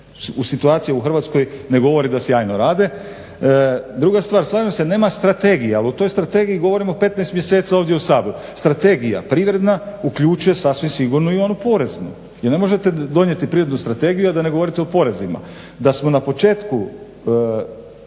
Situacija u Hrvatskoj ne govori da sjajno rade. Druga stvar, slažem se nema strategije. Ali o toj strategiji govorimo 15 mjeseci ovdje u Saboru. Strategija privredna uključuje sasvim sigurno i onu poreznu. I ne možete donijeti prirodnu strategiju a da ne govorite o porezima. Da smo na početku